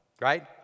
right